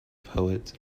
poet